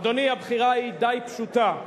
אדוני, הבחירה היא די פשוטה.